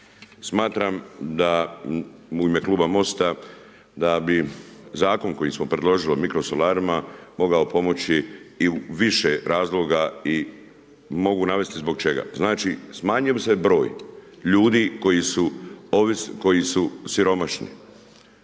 Smatram da u ime Kluba MOST-a da bi zakon koji smo predložili o mikrosolarima mogao pomoći i u više razloga i mogu navesti zbog čega. Znači smanjio bi se broj ljudi koji su siromašni,